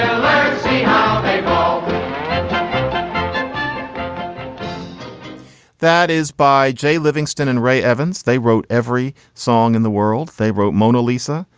um that is by jay livingston and ray evans. they wrote every song in the world. they wrote mona lisa.